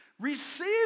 Receive